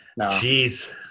Jeez